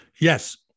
yes